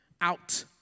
out